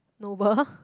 noble